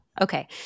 Okay